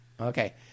Okay